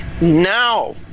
now